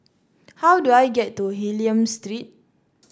how do I get to Hylam Street